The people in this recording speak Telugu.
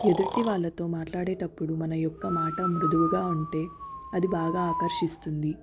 ఎదుటి వాళ్ళతో మాట్లాడేటప్పుడు మన యొక్క మాట మృదువుగా ఉంటే అది బాగా ఆకర్షిస్తుంది